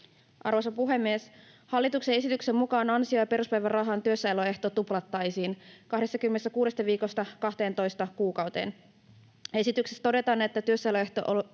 Arvoisa puhemies! Hallituksen esityksen mukaan ansio- ja peruspäivärahan työssäoloehto tuplattaisiin 26 viikosta 12 kuukauteen. Esityksessä todetaan, että työssäoloehto